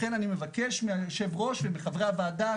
לכן אני מבקש מהיושב-ראש ומחברי הוועדה,